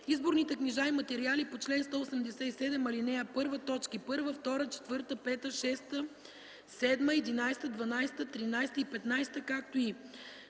изборните книжа и материали по чл. 187, ал. 1, т. 1, 2, 4, 5, 6, 7, 11, 12, 13 и 15, както и: